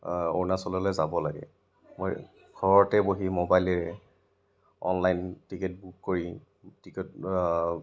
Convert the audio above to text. অৰুণাচললৈ যাব লাগে মই ঘৰতে বহি মোবাইলেৰে অনলাইন টিকেট বুক কৰি টিকেট